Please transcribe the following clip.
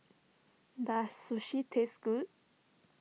does Sushi taste good